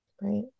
right